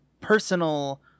personal